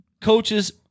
coaches